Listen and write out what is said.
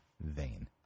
vain